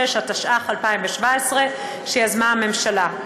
66), התשע"ח 2017, שיזמה הממשלה.